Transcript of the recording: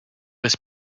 his